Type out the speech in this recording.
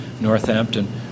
Northampton